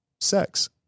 sex